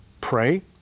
pray